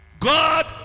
God